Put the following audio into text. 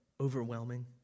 overwhelming